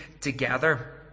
together